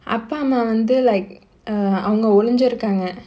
அப்பா அம்மா வந்து:appa amma vandhu like err அவங்க ஒளிஞ்சிருக்காங்க:avanga olunjirukkaanga